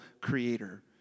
creator